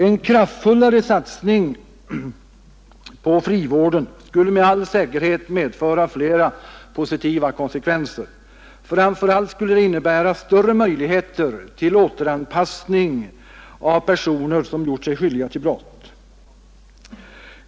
En kraftfullare satsning på frivården skulle med all säkerhet medföra flera positiva konsekvenser. Framför allt skulle den innebära större möjligheter till återanpassning av personer som gjort sig skyldiga till brott.